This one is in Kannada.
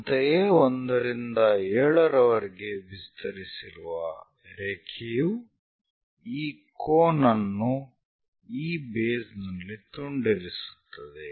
ಅಂತೆಯೇ 1 ರಿಂದ 7 ರವರೆಗೆ ವಿಸ್ತರಿಸಿರುವ ರೇಖೆಯು ಈ ಕೋನ್ ಅನ್ನು ಈ ಬೇಸ್ ನಲ್ಲಿ ತುಂಡರಿಸುತ್ತದೆ